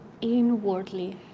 inwardly